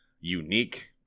unique